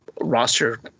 roster